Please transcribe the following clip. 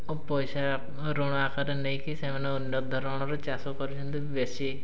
ପଇସା ଋଣ ଆକାରରେ ନେଇକି ସେମାନେ ଅନ୍ୟ ଧରଣର ଚାଷ କରୁଛନ୍ତି ବେଶୀ